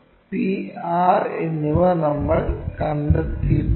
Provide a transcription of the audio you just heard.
p r എന്നിവ നമ്മൾ കണ്ടെത്തിയിട്ടുണ്ട്